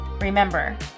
Remember